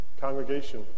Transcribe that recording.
Congregation